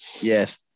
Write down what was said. Yes